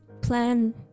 plan